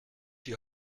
die